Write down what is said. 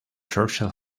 churchill